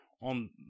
on